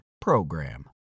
PROGRAM